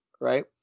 right